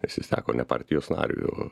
nes jis teko ne partijos nariui o